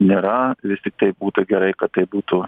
nėra vis tiktai būtų gerai kad tai būtų